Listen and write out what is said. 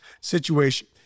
situation